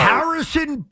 Harrison